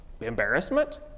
embarrassment